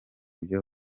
byo